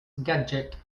gadget